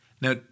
Now